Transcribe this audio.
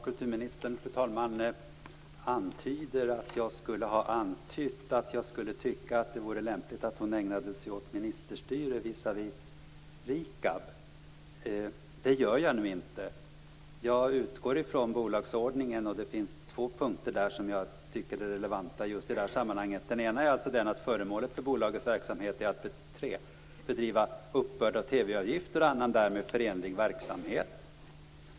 Fru talman! Kulturministern antyder att jag skulle tycka att det vore lämpligt att hon ägnade sig åt ministerstyre visavi RIKAB. Det gör jag inte. Jag utgår från tre punkter i bolagsordningen som jag tycker är relevanta i just det här sammanhanget. Den ena är att föremålet för bolagets verksamhet är att bedriva uppbörder av TV-avgifter och annan därmed förenlig verksamhet.